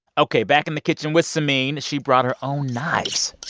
ok, back in the kitchen with samin. she brought her own knives